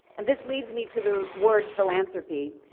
and this leads me to the word philanthropy.